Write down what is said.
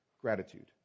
gratitude